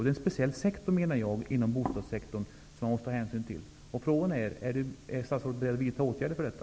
Detta är ett speciellt område inom bostadssektorn, menar jag, som man måste ta hänsyn till. Frågan är: Är statsrådet beredd att vidta åtgärder för detta?